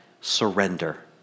surrender